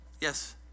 Yes